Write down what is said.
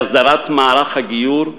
להסדרת מערך הגיור,